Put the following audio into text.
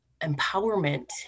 empowerment